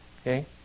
Okay